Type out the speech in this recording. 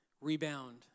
Rebound